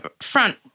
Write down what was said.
Front